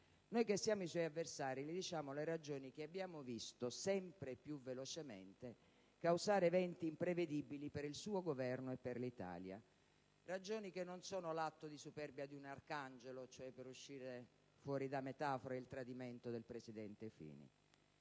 Noi, che siamo i suoi avversari, le diciamo le ragioni che abbiamo visto, sempre più velocemente, causare eventi imprevedibili per il suo Governo e per l'Italia. Ragioni che non sono l'atto di superbia di un arcangelo, cioè - per uscire dalla metafora - il tradimento del presidente Fini.